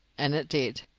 and it did.